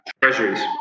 treasuries